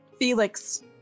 Felix